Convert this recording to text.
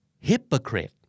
Hypocrite